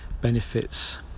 benefits